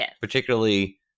particularly –